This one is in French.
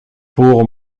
pour